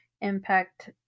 Impact